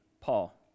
Paul